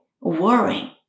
worrying